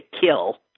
kill